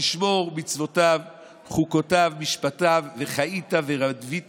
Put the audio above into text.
ולשמר מצותיו וחקתיו ומשפטיו וחיית ורבית